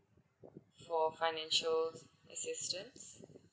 for financial assistance